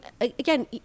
again